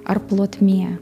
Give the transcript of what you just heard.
ar plotmė